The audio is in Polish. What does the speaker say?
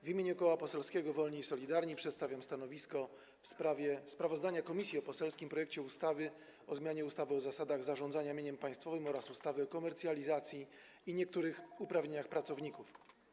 W imieniu Koła Poselskiego Wolni i Solidarni przedstawiam stanowisko w sprawie sprawozdania komisji o poselskim projekcie ustawy o zmianie ustawy o zasadach zarządzania mieniem państwowym oraz ustawy o komercjalizacji i niektórych uprawnieniach pracowników.